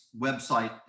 website